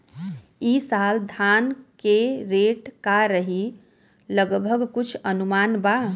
ई साल धान के रेट का रही लगभग कुछ अनुमान बा?